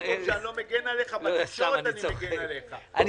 בתקשורת אני מגן עליך.